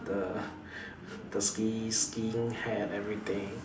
the the skis skiing hat everything